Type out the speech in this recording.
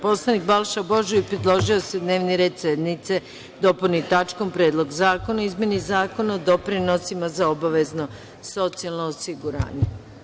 Poslanik Balša Božović, predložio je da se dnevni red sednice dopuni tačkom - Predlog zakona o izmeni Zakona o doprinosima za obavezno socijalno osiguranje.